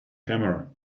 camera